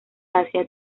asia